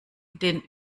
den